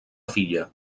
filla